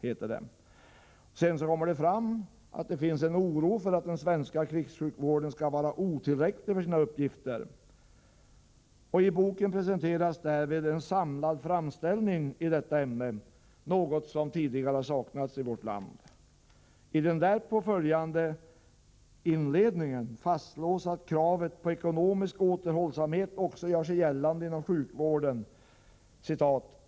Vidare framgår det att det finns en oro för att den svenska krigssjukvården är otillräcklig med tanke på dess uppgifter. I boken finns också en samlad framställning i detta ämne, och det är någonting som tidigare saknats i vårt land. I inledningen fastslås att kravet på ekonomisk återhållsamhet gör sig gällande även inom sjukvården.